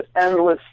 endless